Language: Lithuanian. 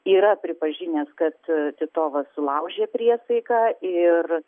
yra pripažinęs kad titovas sulaužė priesaiką ir